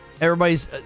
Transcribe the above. Everybody's